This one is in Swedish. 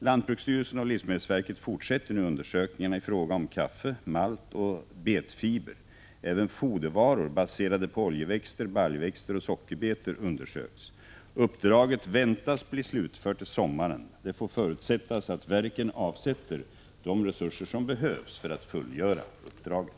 Lantbruksstyrelsen och livsmedelsverket fortsätter nu undersökningarna i fråga om kaffe, malt och betfiber. Även fodervaror baserade på oljeväxter, baljväxter och sockerbetor undersöks. Uppdraget väntas bli slutfört till sommaren. Det får förutsättas att verken avsätter de resurser som behövs för att fullgöra uppdraget.